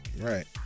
Right